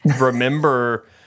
remember